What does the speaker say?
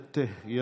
אנשים,